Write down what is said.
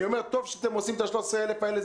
טוב שאתם עושים את ה-13,000 האלה,